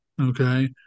okay